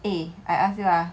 eh I ask you ah